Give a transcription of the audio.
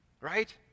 Right